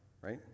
right